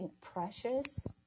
precious